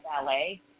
ballet